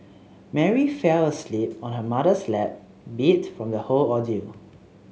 Mary fell asleep on her mother's lap beat from the whole ordeal